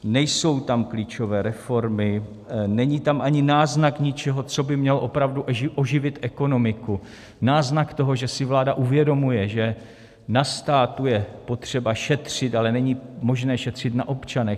Nejsou tam klíčové reformy, není tam ani náznak něčeho, co by mělo opravdu oživit ekonomiku, náznak toho, že si vláda uvědomuje, že na státu je potřeba šetřit, ale není možné šetřit na občanech.